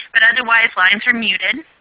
but otherwise lines are muted.